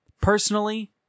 Personally